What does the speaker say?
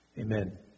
Amen